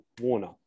Warner